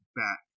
back